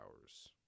hours